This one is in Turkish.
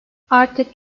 artık